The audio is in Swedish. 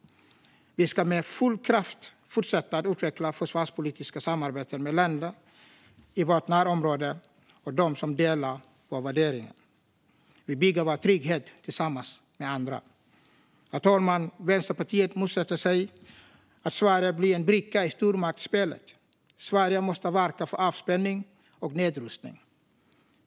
Vi ska med full kraft fortsätta att utveckla försvarspolitiska samarbeten med länder i vårt närområde och med dem som delar våra värderingar. Vi bygger vår trygghet tillsammans med andra. Herr talman! Vänsterpartiet motsätter sig att Sverige blir en bricka i stormaktsspelet. Sverige måste verka för avspänning och nedrustning.